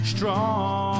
Strong